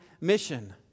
mission